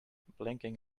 blinking